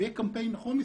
ויהיה קמפיין נכון,